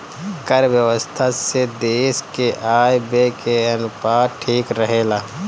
कर व्यवस्था से देस के आय व्यय के अनुपात ठीक रहेला